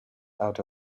out